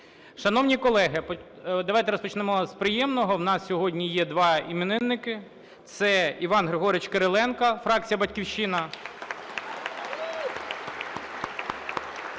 Шановні колеги, давайте розпочнемо з приємного. У нас сьогодні є два іменинники. Це Іван Григорович Кириленко, фракція "Батьківщина".